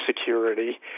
security